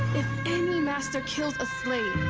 any master kills a slave,